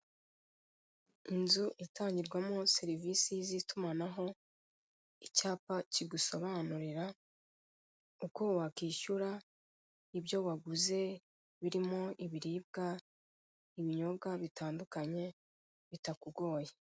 Inzu itangirwamo serivise z'iyumanaho, icyapa kigusobanurira uko wakishyura ibyo waguze birimo ibiribwa, ibinyobwa bitandukanye bitakugoye.